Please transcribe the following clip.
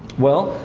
well,